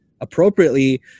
appropriately